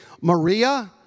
Maria